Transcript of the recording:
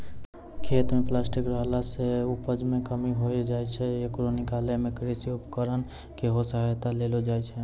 खेत म प्लास्टिक रहला सें उपज मे कमी होय जाय छै, येकरा निकालै मे कृषि उपकरण केरो सहायता लेलो जाय छै